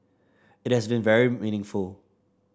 it has been very meaningful